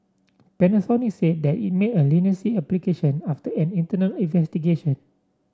Panasonic said that it made a leniency application after an internal investigation